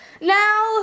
Now